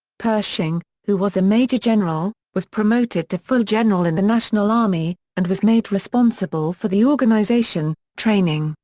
pershing, who was a major general, was promoted to full general in the national army, and was made responsible for the organization, training,